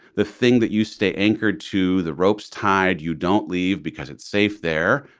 the thing that you stay anchored to the ropes tied, you don't leave because it's safe there.